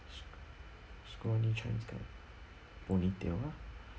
scrawny chinese guy ponytail lah